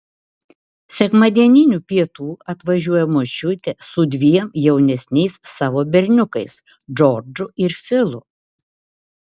sekmadieninių pietų atvažiuoja močiutė su dviem jaunesniais savo berniukais džordžu ir filu